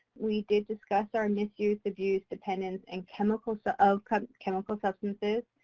we did discuss our misuse, abuse, dependence and chemical so of kind of chemical substances,